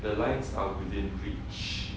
the lines are within reach